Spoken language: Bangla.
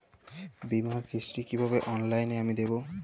বীমার কিস্তি কিভাবে অনলাইনে আমি দেবো?